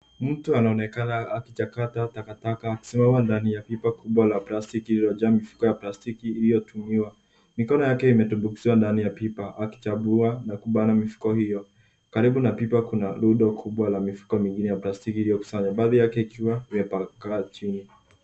Mtu anaonekana akichakata takataka akisimama ndani ya pipa la plastiki lililojaa mifuko ya plastiki iliyotumiwa. Mikono wake imetumbukizwa ndani ya pipa akichambua na kubana mifuko hio. Karibu na pipa kuna rundo kubwa la mifuko mingine ya plastiki iliyokusanywa baadhi yake ikiwa imetapakaa chini.